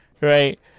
right